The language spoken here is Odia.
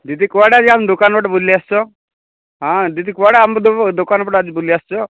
ଦିଦି କୁଆଡ଼େ ଆଜି ଆମ୍ ଦୋକାନ ପଟେ ବୁଲିଆସ୍ଛ୍ ହଁ ଦିଦି କୁଆଡ଼େ ଆମ ଦୋକାନ ପଟେ ଆଜି ବୁଲିଆସ୍ଛ୍